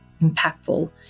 impactful